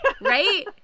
right